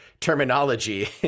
terminology